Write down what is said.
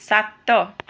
ସାତ